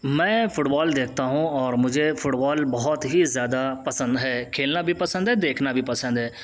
میں football دیکھتا ہوں اور مجھے فٹ بال بہت ہی زیادہ پسند ہے کھیلنا بھی پسند ہے دیکھنا بھی پسند ہے